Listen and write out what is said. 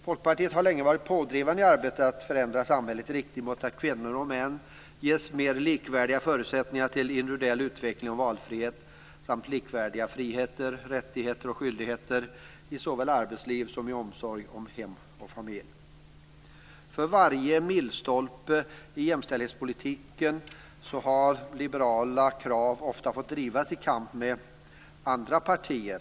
Folkpartiet har länge varit pådrivande i arbetet med att förändra samhället i riktning mot att kvinnor och män ges mer likvärdiga förutsättningar för individuell utveckling och valfrihet samt likvärdiga friheter, rättigheter och skyldigheter såväl i arbetsliv som i omsorg om hem och familj. Vid varje milstolpe i jämställdhetspolitiken har liberala krav ofta fått drivas i kamp mot andra partier.